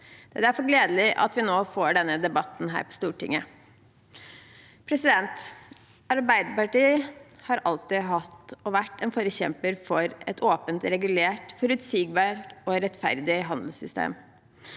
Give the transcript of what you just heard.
Det er derfor gledelig at vi nå får denne debatten her på Stortinget. Arbeiderpartiet har alltid vært en forkjemper for et åpent, regulert, forutsigbart og rettferdig handelssystem.